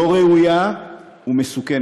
לא ראויה ומסוכנת.